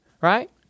right